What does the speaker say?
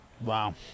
Wow